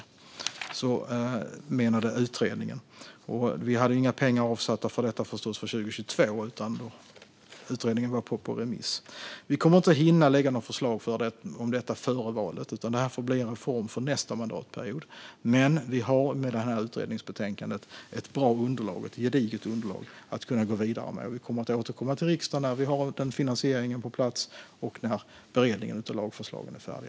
Inga pengar fanns avsatta för 2022 eftersom utredningen var ute på remiss. Vi kommer inte att hinna lägga fram något förslag före valet, utan det här får bli en reform för nästa mandatperiod. Men med utredningsbetänkandet finns ett bra och gediget underlag att gå vidare med, och vi återkommer till riksdagen när det finns en finansiering på plats och när beredningen av lagförslagen är färdig.